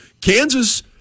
Kansas